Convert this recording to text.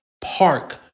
park